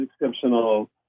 exceptional